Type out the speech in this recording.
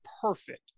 perfect